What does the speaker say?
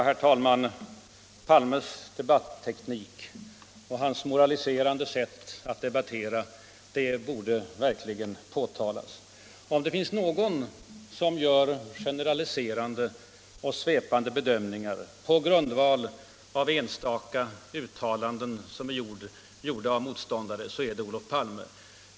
Herr talman! Olof Palmes debatteknik och hans moraliserande sätt bör verkligen påtalas. Om det finns någon som gör generaliserande och svepande bedömningar på grundval av enstaka uttalanden från motståndare så är det Olof Palme.